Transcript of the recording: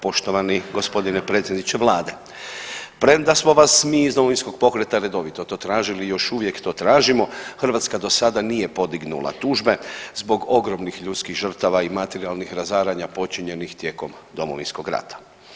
Poštovani gospodine predsjedniče vlade, premda smo vas mi iz Domovinskog pokreta redovito to tražili i još uvijek to tražimo Hrvatska do sada nije podignula tužbe zbog ogromnih ljudskih žrtava i materijalnih razaranja počinjenih tijekom Domovinskog rata.